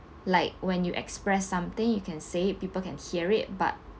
like when you express something you can say it people can hear it but